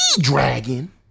Dragon